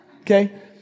Okay